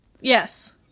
Yes